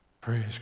Praise